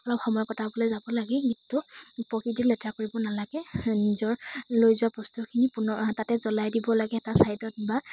অলপ সময় কটাবলৈ যাব লাগে কিন্তু প্ৰকৃতি লেতেৰা কৰিব নালাগে নিজৰ লৈ যোৱা বস্তুখিনি পুনৰ তাতে জ্বলাই দিব লাগে এটা ছাইডত বা